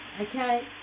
Okay